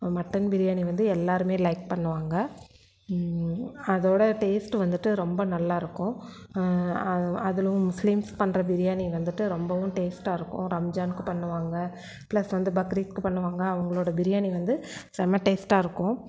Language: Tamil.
மட்டன் பிரியாணி வந்து எல்லோருமே லைக் பண்ணுவாங்க அதோடய டேஸ்ட்டு வந்துட்டு ரொம்ப நல்லாயிருக்கும் அது அதிலும் முஸ்லீம்ஸ் பண்ணுற பிரியாணி வந்துட்டு ரொம்பவும் டேஸ்ட்டாக இருக்கும் ரம்ஜானுக்கு பண்ணுவாங்க பிளஸ் வந்து பக்ரீத்துக்கு பண்ணுவாங்க அவங்களோட பிரியாணி வந்து செம்மை டேஸ்ட்டாக இருக்கும்